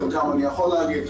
חלקם אני יכול להגיד,